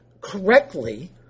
correctly